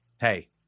Hey